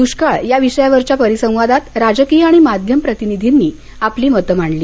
दृष्काळ या विषयावरच्या परिसंवादात राजकीय आणि माध्यम प्रतिनिधींनी आपली मत मांडली